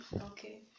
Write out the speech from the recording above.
Okay